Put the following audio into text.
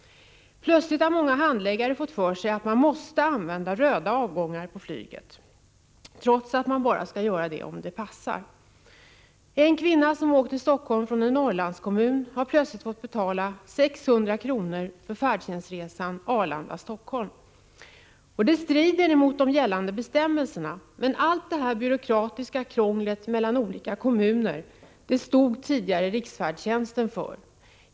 Plötsligt har många handläggare fått för sig att man måste använda röda avgångar på flyget, trots att det skall ske bara om det passar. En kvinna som åkt till Helsingfors från en Norrlandskommun har plötsligt fått betala 600 kr. för färdtjänstresan Arlanda-Helsingfors. Det strider mot de gällande bestämmelserna, men allt det byråkratiska krånglet mellan olika kommuner stod tidigare riksfärdtjänsten för.